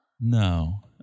No